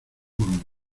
murmuró